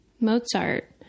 Mozart